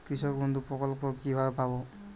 কৃষকবন্ধু প্রকল্প কিভাবে পাব?